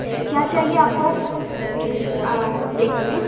क्या चाहिए आपको देखिए